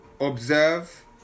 Observe